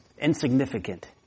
insignificant